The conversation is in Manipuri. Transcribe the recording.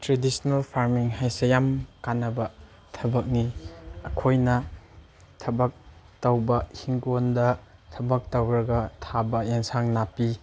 ꯇ꯭ꯔꯦꯗꯤꯁꯅꯦꯜ ꯐꯥꯔꯃꯤꯡ ꯍꯥꯏꯁꯦ ꯌꯥꯝ ꯀꯥꯟꯅꯕ ꯊꯕꯛꯅꯤ ꯑꯩꯈꯣꯏꯅ ꯊꯕꯛ ꯇꯧꯕ ꯏꯪꯈꯣꯜꯗ ꯊꯧꯕꯛ ꯇꯧꯔꯒ ꯊꯥꯕ ꯑꯦꯟꯁꯥꯡ ꯅꯥꯄꯤ